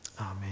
Amen